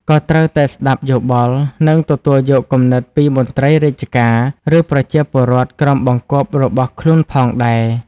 ក៏ត្រូវតែស្តាប់យោបល់ និងទទួលយកគំនិតពីមន្ត្រីរាជការ ឬប្រជាពលរដ្ឋក្រោមបង្គាប់របស់ខ្លួនផងដែរ។